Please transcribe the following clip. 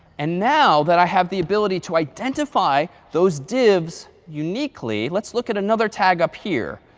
and now that i have the ability to identify those divs uniquely, let's look at another tag up here.